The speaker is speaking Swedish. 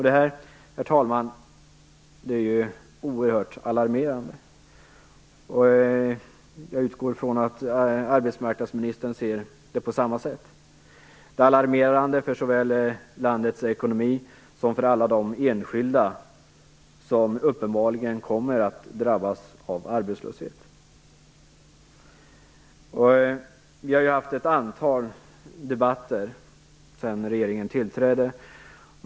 Detta är oerhört alarmerande. Jag utgår från att arbetsmarknadsministern ser det på samma sätt. Det är alarmerande för såväl landets ekonomi som för alla de enskilda som uppenbarligen kommer att drabbas av arbetslöshet. Vi har haft ett antal debatter sedan regeringen tillträdde.